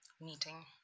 meeting